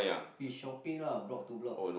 we shopping lah blocks to blocks